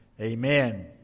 amen